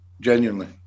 genuinely